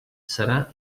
serà